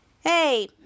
Hey